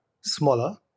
smaller